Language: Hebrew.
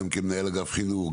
גם כמנהל אגף חינוך,